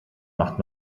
macht